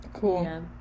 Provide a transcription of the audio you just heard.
Cool